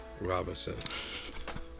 Robinson